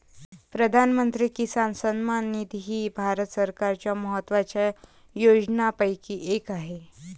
प्रधानमंत्री किसान सन्मान निधी ही भारत सरकारच्या महत्वाच्या योजनांपैकी एक आहे